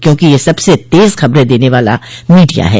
क्योंकि यह सबसे तेज खबरें देने वाला मीडिया है